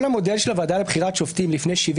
כל המודל של הוועדה לבחירת שופטים לפני 70